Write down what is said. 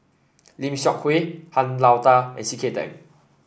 Lim Seok Hui Han Lao Da and C K Tang